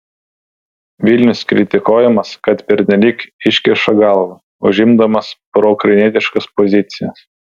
vilnius kritikuojamas kad pernelyg iškiša galvą užimdamas proukrainietiškas pozicijas